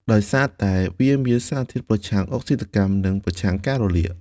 ដោយសារតែវាមានសារធាតុប្រឆាំងអុកស៊ីតកម្ម និងប្រឆាំងការរលាក។